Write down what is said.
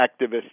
activists